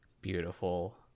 beautiful